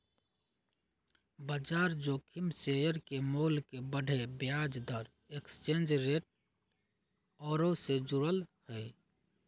बजार जोखिम शेयर के मोल के बढ़े, ब्याज दर, एक्सचेंज रेट आउरो से जुड़ल हइ